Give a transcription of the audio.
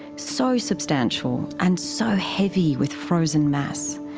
so substantial, and so heavy with frozen mass,